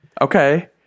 Okay